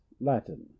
Latin